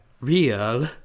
real